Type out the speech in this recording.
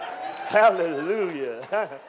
Hallelujah